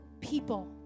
people